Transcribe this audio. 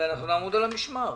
ונעמוד על המשמר.